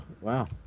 wow